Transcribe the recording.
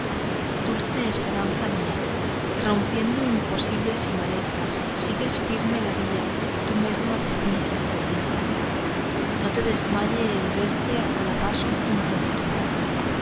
dulce esperanza mía que rompiendo imposibles y malezas sigues firme la vía que tú mesma te finges y aderezas no te desmaye el verte a cada paso junto al de tu muerte